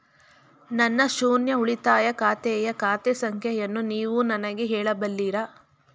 ನನ್ನ ಶೂನ್ಯ ಉಳಿತಾಯ ಖಾತೆಯ ಖಾತೆ ಸಂಖ್ಯೆಯನ್ನು ನೀವು ನನಗೆ ಹೇಳಬಲ್ಲಿರಾ?